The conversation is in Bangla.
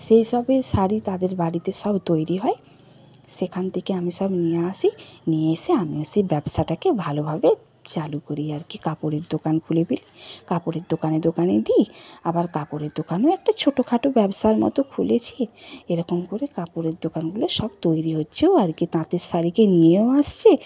সেই সবই শাড়ি তাদের বাড়িতে সব তৈরি হয় সেখান থেকে আমি সব নিয়ে আসি নিয়ে এসে আমিও সেই ব্যবসাটাকে ভালোভাবে চালু করি আর কি কাপড়ের দোকান খুলে ফেলি কাপড়ের দোকানে দোকানে দি আবার কাপড়ের দোকানও একটা ছোটো খাটো ব্যবসার মতো খুলেছি এরকম করে কাপড়ের দোকানগুলো সব তৈরি হচ্ছেও আর কি তাঁতের শাড়িকে নিয়েও আসছে